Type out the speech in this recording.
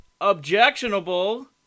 objectionable